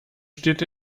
steht